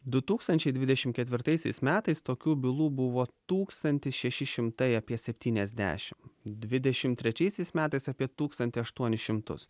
du tūkstančiai dvidešimt ketvirtaisiais metais tokių bylų buvo tūkstantis šeši šimtai apie septyniasdešimt dvidešimt trečiaisiais metais apie tūkstantį aštuonis šimtus